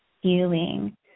healing